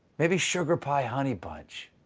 maybe sugar pie, honey bunch.